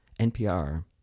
NPR